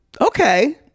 Okay